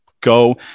go